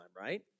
right